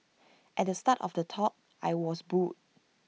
at the start of the talk I was booed